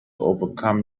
overcome